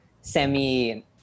semi